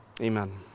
Amen